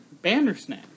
Bandersnatch